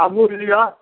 आबिओ लिअ